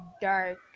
dark